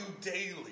daily